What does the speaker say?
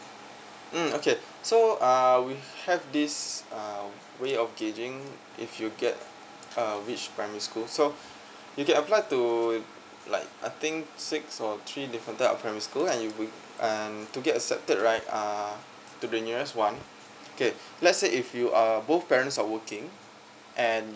um okay so uh we have this uh relocating if you get uh which primary school so you can apply to like I think six or three different type of primary school and you will um to get accepted right err to bring year one okay let's say if you uh both parents are working and